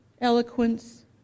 eloquence